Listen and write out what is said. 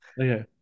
Okay